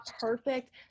perfect